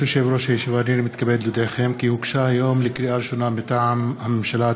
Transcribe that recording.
אנחנו מצביעים על הצעתו הצמודה של חבר הכנסת איציק